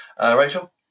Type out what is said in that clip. Rachel